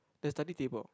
the study table